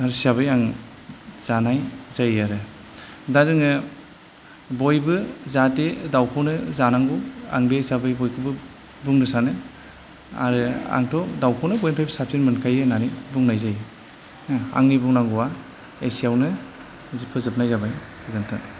हिसाबै आं जानाय जायो आरो दा जोङो बयबो जाहाथे दाउखौनो जानांगौ आं बे हिसाबै बयखौबो बुंनो सानो आरो आंथ' दाउखौनो बयनिफ्रायबो साबसिन मोनखायो होननानै बुंनाय जायो आंनि बुंनांगौआ एसेयावनो फोजोबनाय जाबाय गोजोन्थों